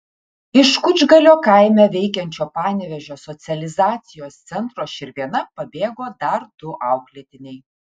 iš kučgalio kaime veikiančio panevėžio socializacijos centro širvėna pabėgo dar du auklėtiniai